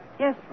Yes